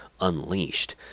Unleashed